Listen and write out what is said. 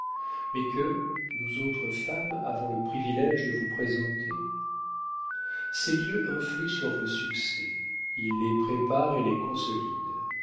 mais que nous autres femmes avons le privilége de vous présenter ces riens influent sur vos succès ils les préparent et les